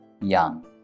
young